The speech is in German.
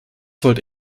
wollte